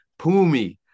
Pumi